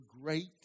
great